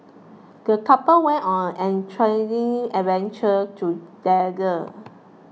the couple went on an adventure together